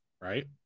right